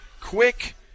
Quick